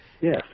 Yes